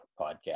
podcast